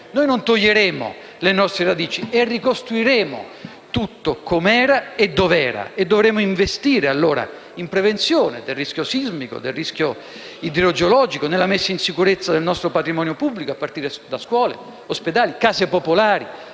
Non taglieremo le nostre radici e ricostruiremo tutto com'era e dov'era. Dovremo allora investire in prevenzione del rischio sismico e idrogeologico e nella messa in sicurezza del nostro patrimonio pubblico, a partire dalle scuole, dagli ospedali, dalle case popolari,